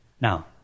Now